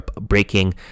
breaking